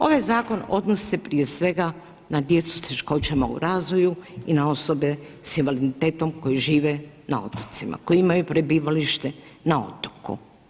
Ovaj zakon odnosi se prije svega na djecu sa teškoćama u razvoju i na osobe sa invaliditetom koje žive na otocima, koje imaj prebivalište na otoku.